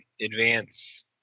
advance